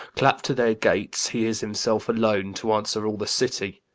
clapp'd-to their gates he is himself alone, to answer all the city.